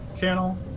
channel